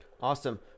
Awesome